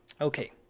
Okay